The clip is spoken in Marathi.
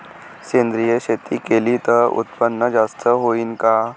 सेंद्रिय शेती केली त उत्पन्न जास्त होईन का?